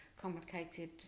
complicated